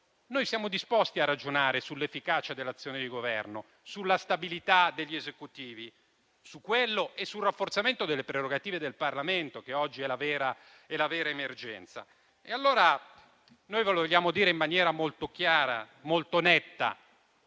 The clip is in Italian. noi siamo disposti a ragionare sull'efficacia dell'azione di Governo, sulla stabilità degli Esecutivi e sul rafforzamento delle prerogative del Parlamento, che oggi è la vera emergenza. Ve lo vogliamo dire in maniera molto chiara e molto netta: